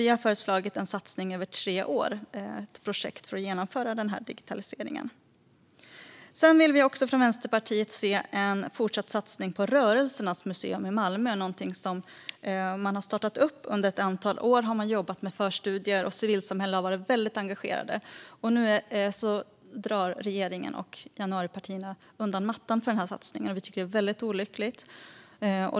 Vi har föreslagit en satsning på ett projekt över tre år för att genomföra digitaliseringen. Sedan vill vi också från Vänsterpartiet se en fortsatt satsning på Rörelsernas museum i Malmö, någonting som har startats upp. Man har under ett antal år jobbat med förstudier, och civilsamhället har varit väldigt engagerat. Nu drar regeringen och januaripartierna undan mattan för den här satsningen, vilket vi tycker är väldigt olyckligt.